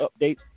updates